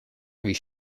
bhí